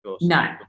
No